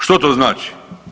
Što to znači?